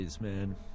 man